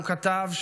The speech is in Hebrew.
הוא כתב,